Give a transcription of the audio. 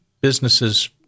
businesses